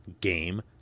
game